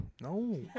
No